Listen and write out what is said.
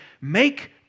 make